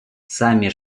самі